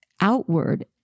outward